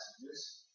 messages